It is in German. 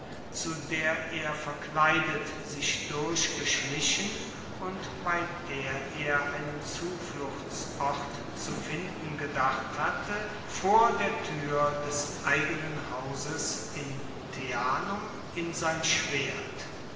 zu der er verkleidet sich durchgeschlichen und bei der er einen zufluchtsort zu finden gedacht hatte vor der tür des eigenen hauses in teanum in sein schwert